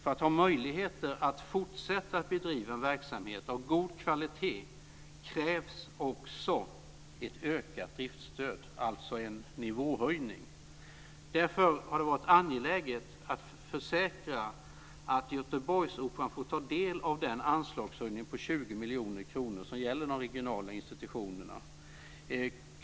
För att ha möjlighet att fortsätta bedriva en verksamhet av god kvalitet krävs också ett ökat driftstöd, alltså en nivåhöjning. Därför har det varit angeläget att försäkra att Göteborgsoperan får ta del av den anslagshöjning på 20 miljoner kronor som gäller de regionala institutionerna.